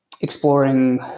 exploring